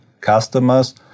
customers